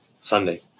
Sunday